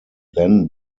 then